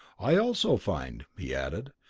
i also find, he added,